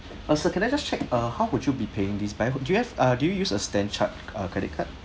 uh sir can I just check uh how would you be paying these but uh do you have uh do you use a StanChart err credit card